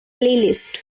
playlist